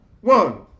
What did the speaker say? One